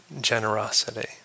generosity